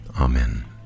Amen